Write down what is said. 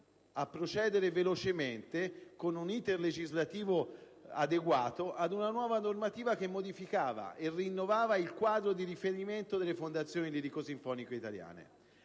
a procedere velocemente, con un *iter* legislativo adeguato, ad una nuova normativa che modificava e rinnovava il quadro di riferimento delle fondazioni lirico-sinfoniche italiane.